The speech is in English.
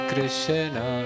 Krishna